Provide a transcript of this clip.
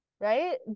right